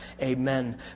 Amen